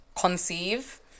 conceive